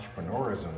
entrepreneurism